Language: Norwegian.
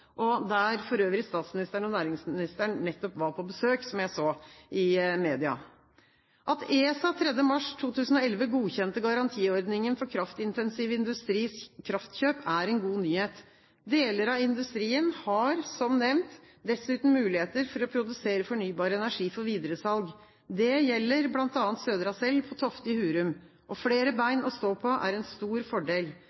der for øvrig statsministeren og næringsministeren nettopp var på besøk, som jeg så i media. At ESA 3. mars 2011 godkjente garantiordningen for kraftintensiv industris kraftkjøp, er en god nyhet. Deler av industrien har, som nevnt, dessuten muligheter for å produsere fornybar energi for videresalg. Det gjelder bl.a. Södra Cell Tofte i Hurum. Flere